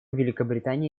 великобритании